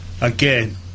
again